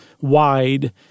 wide